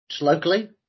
Locally